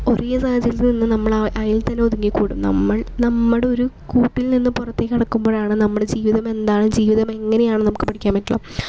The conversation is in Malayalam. ഒരേ സാഹചര്യത്തികെഎൽ നമ്മളാ അതിൽ തന്നെ ഒതുങ്ങി കൂടും നമ്മൾ നമ്മടൊരു കൂട്ടിൽ നിന്ന് പുറത്തേക്ക് കടക്കുമ്പോഴാണ് നമ്മുടെ ജീവിതം എന്താണ് ജീവിതം എങ്ങനെയാണെന്ന് നമുക്ക് പഠിക്കാൻ പറ്റുകയുള്ളു